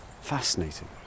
fascinating